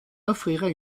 offrirai